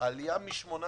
העלייה מ-18